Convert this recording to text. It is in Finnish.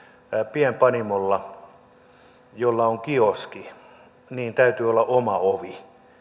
pienpanimolla jolla on kioski täytyy olla oma ovi